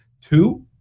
Two